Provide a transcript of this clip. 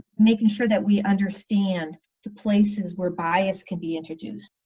making sure that we understand the places where bias can be introduced.